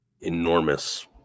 enormous